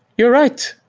you're right.